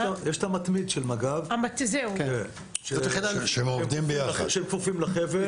יש את "המתמיד" של מג"ב שהם כפופים לחבל,